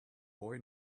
boy